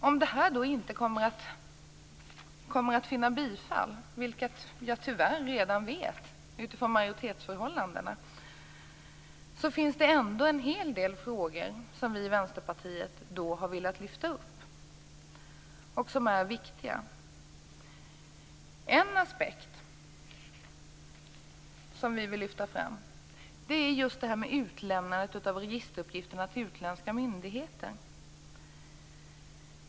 Om det här inte kommer få bifall, vilket jag tyvärr redan vet utifrån majoritetsförhållandena, finns det ändå en hel del frågor som vi i Vänsterpartiet har velat lyfta fram och som är viktiga. En aspekt som vi vill lyfta fram är just utlämnandet av registeruppgifter till utländska myndigheter.